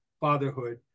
fatherhood